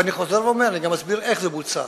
ואני חוזר ואומר, אני גם אסביר איך זה בוצע.